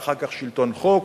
ואחר כך שלטון חוק,